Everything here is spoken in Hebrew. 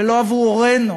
ולא עבור הורינו.